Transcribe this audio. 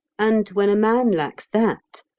and when a man lacks that,